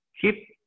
keep